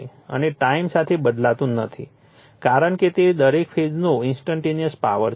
તે ટાઇમ સાથે બદલાતું નથી કારણ કે તે દરેક ફેઝનો ઇન્સ્ટન્ટટેનિયસ પાવર છે